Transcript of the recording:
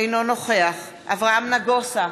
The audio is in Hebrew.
אינו נוכח אברהם נגוסה,